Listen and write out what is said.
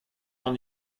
ran